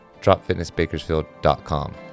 dropfitnessbakersfield.com